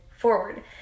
forward